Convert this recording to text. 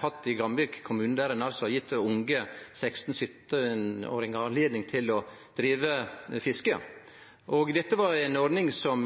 hatt i Gamvik kommune, der ein har gjeve unge 16–17-åringar anledning til å drive fiske. Dette var ei ordning som